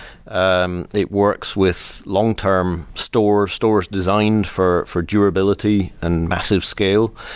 um it works with long-term store, stores designed for for durability and massive scale.